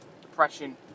Depression